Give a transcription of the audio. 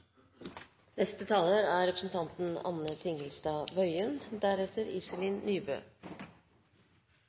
Neste taler er representanten